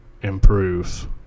improve